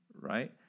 right